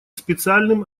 специальным